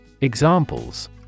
Examples